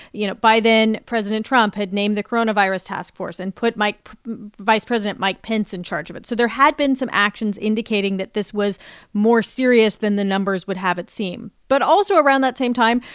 you know, by then, president trump had named the coronavirus task force and put mike vice president mike pence in charge of it. so there had been some actions indicating that this was more serious than the numbers would have it seem. but also, around that same time,